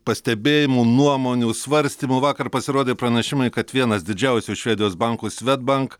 pastebėjimų nuomonių svarstymų vakar pasirodė pranešimai kad vienas didžiausių švedijos bankų svedbank